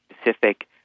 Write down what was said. specific